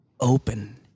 open